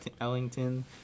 Ellington